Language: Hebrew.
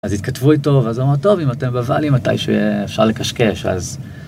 אז התכתבו איתו, ואז הוא אמר טוב, אם אתם בוואלי מתי שהוא אפשר לקשקש, אז...